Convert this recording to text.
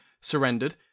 surrendered